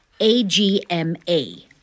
AGMA